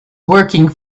working